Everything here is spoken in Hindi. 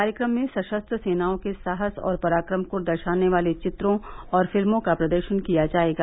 कार्यक्रम में सशस्त्र सेनाओं के साहस और पराक्रम को दर्शने वाले चित्रों और फिल्मों का प्रदर्शन किया जाएगा